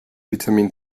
vitamin